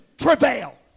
travail